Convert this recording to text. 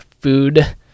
food